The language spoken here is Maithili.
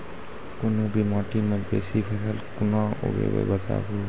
कूनू भी माटि मे बेसी फसल कूना उगैबै, बताबू?